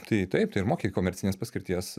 tai taip tai ir moki komercinės paskirties